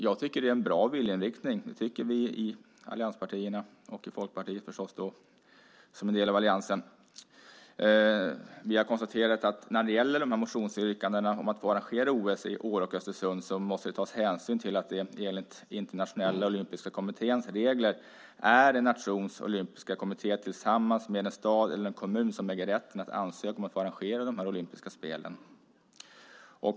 Jag tycker att det är en bra viljeinriktning, precis som Folkpartiet och de andra allianspartierna. När det gäller motionsyrkandena om att få arrangera OS i Åre och Östersund har vi konstaterat att hänsyn måste tas till att det enligt Internationella Olympiska Kommitténs regler är en nations olympiska kommitté tillsammans med en stad eller en kommun som äger rätten att ansöka om att få arrangera olympiska spel.